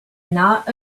not